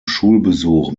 schulbesuch